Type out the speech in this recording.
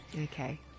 Okay